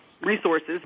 resources